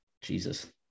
Jesus